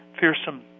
fearsome